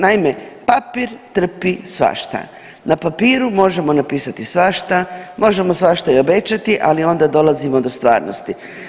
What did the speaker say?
Naime, papir trpi svašta, na papiru možemo napisati svašta, možemo svašta i obećati, ali onda dolazimo do stvarnosti.